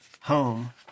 home